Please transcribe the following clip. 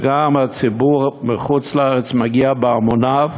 וגם הציבור מחוץ-לארץ מגיע בהמוניו.